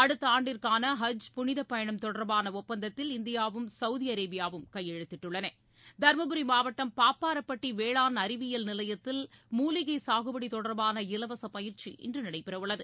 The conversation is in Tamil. அடுத்த ஆண்டிற்கான ஹஜ் புனித பயணம் தொடர்பான ஒப்பந்தத்தில் இந்தியாவும் சவுதி அரேபியாவும் கையெழுத்திட்டுள்ளன தருமபுரி மாவட்டம் பாப்பாரப்பட்டி வேளாண் அறிவியியல் நிலையத்தில் மூலிகை சாகுபடி தொடர்பான இலவச பயிற்சி இன்று நடைபெறவுள்ளது